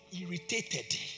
irritated